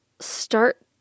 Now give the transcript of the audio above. start